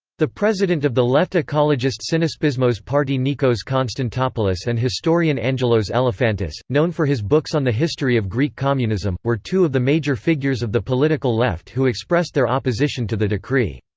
the president of the left-ecologist synaspismos party nikos konstantopoulos and historian angelos elefantis, known for his books on the history of greek communism, were two of the major figures of the political left who expressed their opposition to the decree.